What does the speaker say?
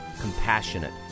compassionate